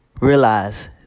realize